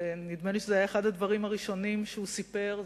ונדמה לי שזה היה אחד הדברים הראשונים שהוא סיפר,